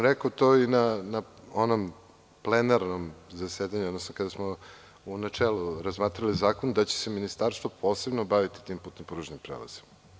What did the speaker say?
Rekao sam to i na plenarnom zasedanju, odnosno kada smo u načelu razmatrali zakon da će se ministarstvo posebno baviti tim putno-pružnim prelazima.